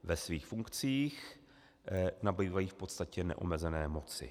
Ve svých funkcích nabývají v podstatě neomezené moci.